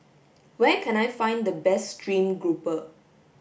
where can I find the best stream grouper